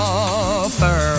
offer